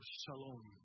shalom